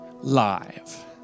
live